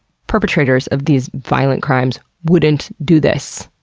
perpetrators of these violent crimes wouldn't do this.